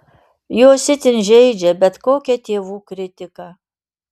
juos itin žeidžia bet kokia tėvų kritika